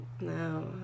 No